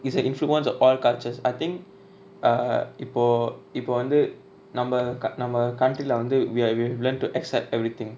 is it influence of all cultures I think err இப்போ இப்போ வந்து நம்ம:ippo ippo vanthu namma ka~ நம்ம:namma country lah வந்து:vanthu we are we learn to accept everything